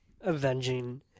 avenging